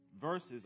verses